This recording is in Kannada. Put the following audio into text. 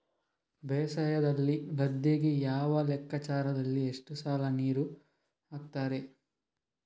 ಬೇಸಾಯದಲ್ಲಿ ಗದ್ದೆಗೆ ಯಾವ ಲೆಕ್ಕಾಚಾರದಲ್ಲಿ ಎಷ್ಟು ಸಲ ನೀರು ಹಾಕ್ತರೆ?